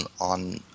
on